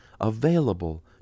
available